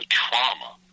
trauma